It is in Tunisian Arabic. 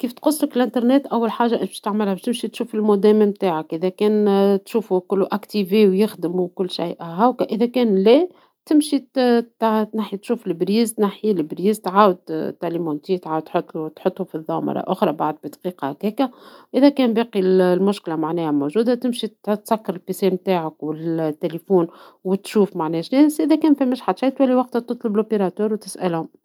كيف تقصلك الانترنت ، أول حاجة أنتي باش تعملها تمشي تشوف المودام نتاعك ، اذا كان تشوفوا كلوا شغال ويخدم وكل شيء هكا ، اذا كان لا تمشي تنحي الشاحن ، تعاود تشغلوا تعاود تحطوا في الضو بعد بدقيقة هكاكا ، اذا كان باقي المشكلة معناها موجودة تمشي تسكر الكمبيوتر نتاعك والتيليفون وتشوف معناها شنيا ، اذا فما حتى شيء تطلب شركة التصليح وتسألهم